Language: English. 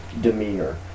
demeanor